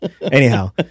anyhow